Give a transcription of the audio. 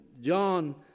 John